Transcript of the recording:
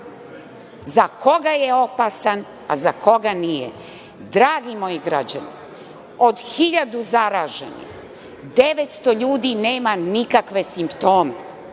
za koga je opasan, a za koga nije. Dragi moji građani, od 1000 zarađenih, 900 ljudi nema nikakve simptome,